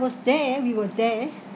was there we were there